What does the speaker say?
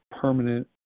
permanent